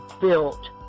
built